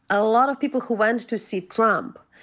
a lot of people who went to see trump,